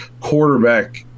quarterback